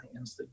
Instagram